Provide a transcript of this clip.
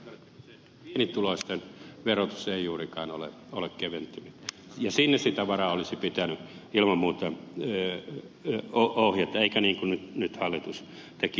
vielä todettakoon se että pienituloisten verotus ei juurikaan ole keventynyt ja sinne sitä varaa olisi pitänyt ilman muuta ohjata eikä niin kuin nyt hallitus teki